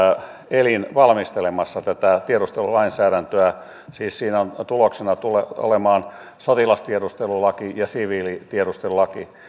elin valmistelemassa tätä tiedustelulainsäädäntöä siis siinä tuloksena tulee olemaan sotilastiedustelulaki ja siviilitiedustelulaki